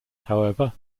however